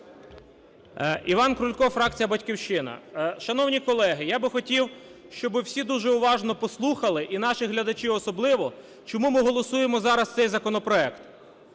Іван Крулько, фракція "Батьківщина" . Шановні колеги, я би хотів, щоб всі дуже уважно послухали, і наші глядачі особливо, чому ми голосуємо зараз цей законопроект.